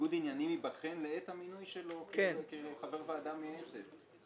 ניגוד העניינים ייבחן לעת המינוי שלו כחבר ועדה מייעצת.